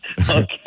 Okay